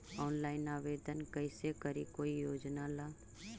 Online आवेदन कैसे करी कोई योजना ला?